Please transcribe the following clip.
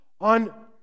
on